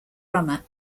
runner